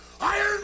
Iron